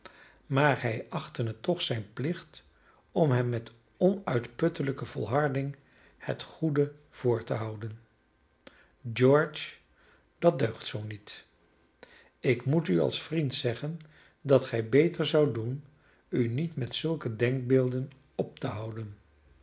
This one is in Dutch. maar hij achtte het toch zijn plicht om hem met onuitputtelijke volharding het goede voor te houden george dat deugt zoo niet ik moet u als vriend zeggen dat gij beter zoudt doen u niet met zulke denkbeelden op te houden